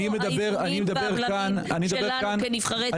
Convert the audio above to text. אני מדבר --- איפה האיזונים והבלמים שלנו כנבחרי ציבור?